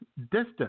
distance